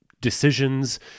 decisions